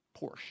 Porsche